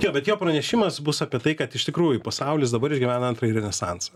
jau bet jo pranešimas bus apie tai kad iš tikrųjų pasaulis dabar išgyvena antrąjį renesansą